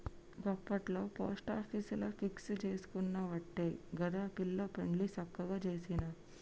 గప్పట్ల పోస్టాపీసుల ఫిక్స్ జేసుకునవట్టే గదా పిల్ల పెండ్లి సక్కగ జేసిన